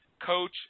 coach